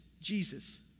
Jesus